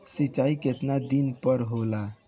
सिंचाई केतना दिन पर होला?